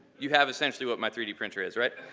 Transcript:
you have essentially what my three d printer is, right?